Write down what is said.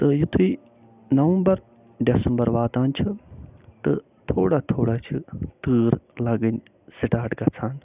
تہٕ یُتھٕے November December واتان چھُ تہٕ تھوڑا تھوڑا چھِ تۭر لگٕنۍ سِٹاٹ گَژھان